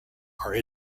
are